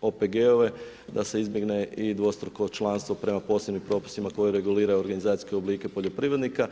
OPG-ove da se izbjegne i dvostruko članstvo prema posebnim propisima koji reguliraju organizacijske oblike poljoprivrednika.